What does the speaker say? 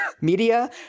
media